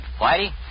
Whitey